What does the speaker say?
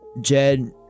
Jed